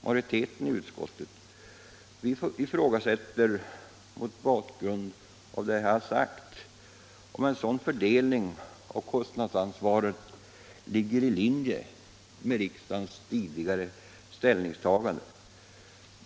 Majoriteten i utskottet ifrågasätter mot bakgrund av det förut sagda, om en sådan fördelning av kostnadsansvaret ligger i linje med riksdagens tidigare ställningstagande.